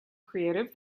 creative